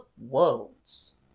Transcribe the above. worlds